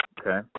okay